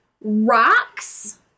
rocks